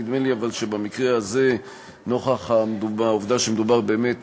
נדמה לי אבל שבמקרה הזה, נוכח העובדה שמדובר באמת